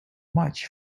much